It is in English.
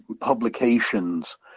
publications